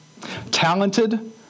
talented